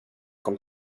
kom